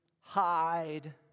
hide